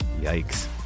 Yikes